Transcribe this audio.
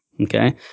Okay